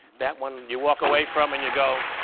that one you walk away from and you go,